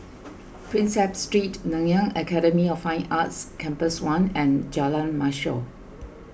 Prinsep Street Nanyang Academy of Fine Arts Campus one and Jalan Mashor